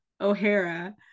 O'Hara